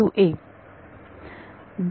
0 plus